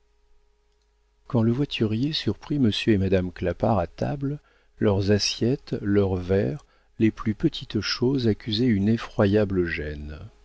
quand le voiturier surprit monsieur et madame clapart à table leurs assiettes leurs verres les plus petites choses accusaient une effroyable gêne